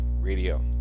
radio